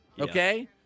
okay